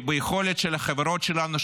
ביכולת של החברות שלנו,